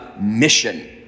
mission